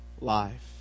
life